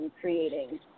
creating